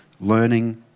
learning